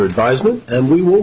advisement and we will